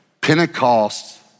Pentecost